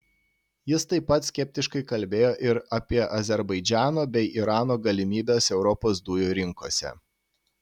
jis taip pat skeptiškai kalbėjo ir apie azerbaidžano bei irano galimybes europos dujų rinkose